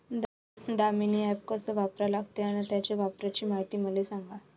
Damini app कस वापरा लागते? अन त्याच्या वापराची मायती मले सांगा